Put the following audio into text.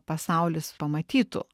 pasaulis pamatytų